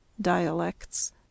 Dialects